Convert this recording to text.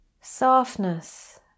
Softness